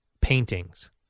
paintings